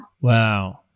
Wow